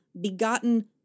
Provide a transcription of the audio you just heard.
begotten